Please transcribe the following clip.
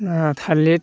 थालिर